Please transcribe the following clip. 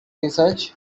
research